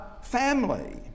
family